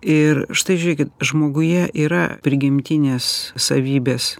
ir štai žiūrėkit žmoguje yra prigimtinės savybės